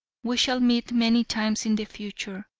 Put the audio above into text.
we shall meet many times in the future,